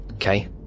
Okay